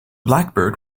blackbird